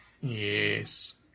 yes